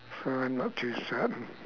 try not to serve them